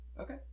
Okay